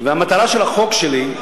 המטרה של החוק שלי,